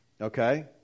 Okay